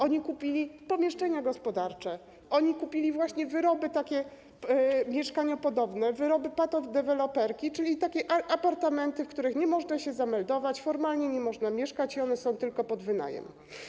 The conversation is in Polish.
Oni kupili pomieszczenia gospodarcze, oni kupili wyroby mieszkaniopodobne, wyroby patodeweloperki, czyli takie apartamenty, w których nie można się zameldować, formalnie nie można mieszkać i są tylko pod wynajem.